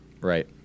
Right